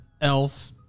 Elf